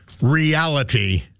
reality